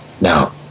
Now